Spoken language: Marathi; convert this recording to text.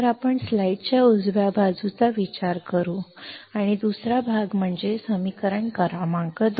तर आपण स्लाइडच्या उजव्या बाजूचा विचार करू आणि दुसरा भाग म्हणजे समीकरण क्रमांक 2